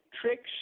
tricks